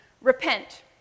repent